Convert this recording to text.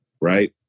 Right